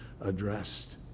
addressed